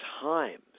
times